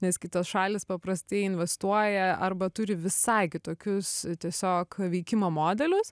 nes kitos šalys paprastai investuoja arba turi visai kitokius tiesiog veikimo modelius